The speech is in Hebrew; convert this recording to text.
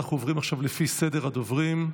ואנחנו עוברים עכשיו לפי סדר הדוברים.